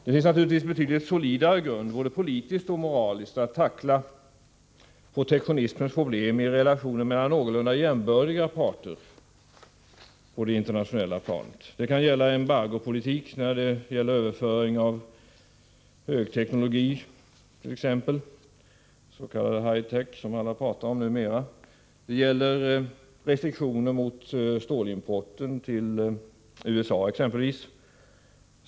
Det finns naturligtvis betydligt solidare grund, både politiskt och moraliskt, att tackla protektionismens problem i relationen mellan någorlunda jämbördiga parter på det internationella planet. Det kan gälla embargopolitik t.ex. avseende överföring av högteknologi, s.k. high tech som alla numera talar om. Det gäller restriktioner mot stålexporten till USA exempelvis.